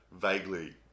vaguely